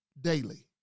daily